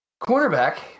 Cornerback